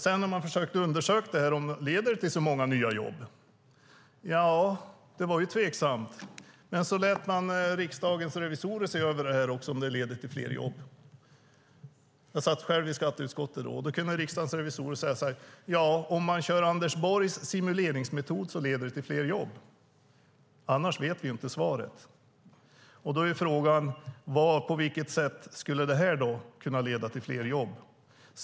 Sedan försökte man undersöka om det ledde till så många nya jobb. Ja, det var ju tveksamt. Men då lät man också Riksdagens revisorer se över om det ledde till fler jobb - jag satt själv i skatteutskottet då - och de sade: Om man kör Anders Borgs simuleringsmetod leder det till fler jobb, annars vet vi inte svaret. Då är frågan på vilket sätt det här jobbskatteavdraget skulle kunna leda till fler jobb.